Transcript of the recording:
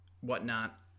whatnot